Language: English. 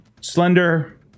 slender